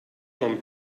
con